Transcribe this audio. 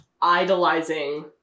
idolizing